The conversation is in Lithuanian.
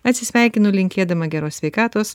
atsisveikinu linkėdama geros sveikatos